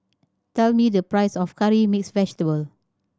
tell me the price of curry mix vegetable